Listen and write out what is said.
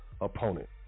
opponent